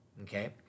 okay